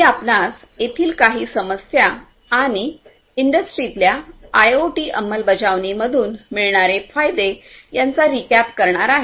मी आपणास येथील काही समस्या आणि इंडस्ट्रीतल्या आयओटी अंमलबजावणींमधून मिळणारे फायदे यांचा रिकॅप करणार आहे